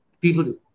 people